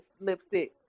lipstick